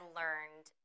learned –